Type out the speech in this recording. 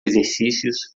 exercícios